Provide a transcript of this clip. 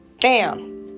Bam